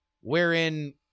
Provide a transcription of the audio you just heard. Wherein